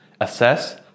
Assess